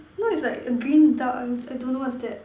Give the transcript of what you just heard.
no it's like a green dark I I I don't know what's that